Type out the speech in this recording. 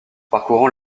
parcourant